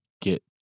get